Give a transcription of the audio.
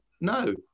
no